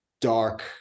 dark